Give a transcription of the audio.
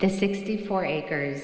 the sixty four acres